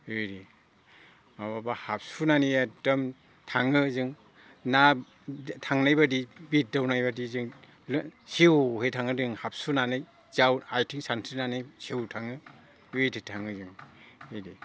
बेबायदि माब्लाबा हाबसुनानै एग्दम थाङो जों ना थांनायबादि बिरदावनायबादि जों सिवहै थाङो जों हाबसुनानै जाव आइथिं सानस्रिनानै सेव थाङो बेबायदि थाङो जों बिदि